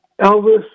Elvis